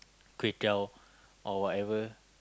kway-teow or whatever